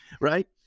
right